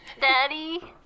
Daddy